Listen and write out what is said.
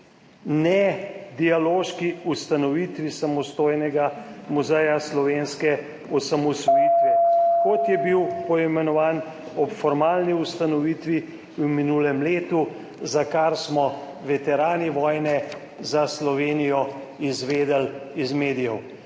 nedialoški ustanovitvi Samostojnega muzeja slovenske osamosvojitve, kot je bil poimenovan ob formalni ustanovitvi v minulem letu, za kar smo veterani vojne za Slovenijo izvedeli iz medijev.«